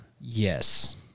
Yes